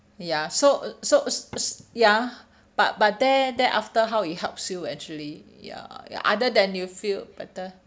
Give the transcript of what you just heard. ya so so so ya but but there thereafter how it helps you actually ya ya other than you feel better